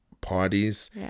parties